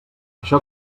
això